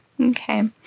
okay